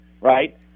right